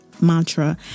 Mantra